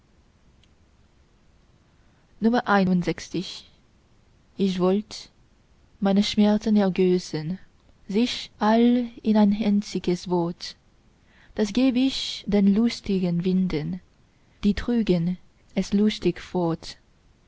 ich wollt meine schmerzen ergössen sich all in ein einziges wort das gäb ich den lustigen winden die trügen es lustig fort